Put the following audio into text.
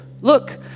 look